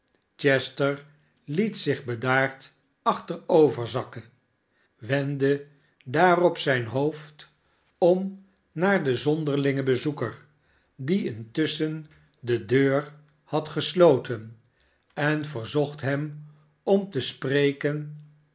chester liet zich bedaard achteroverzakken wendde daarop zijn hoofd om naar den zonderlingen bezoeker die intusschen de deur had gesloten en verzocht hem om te spreken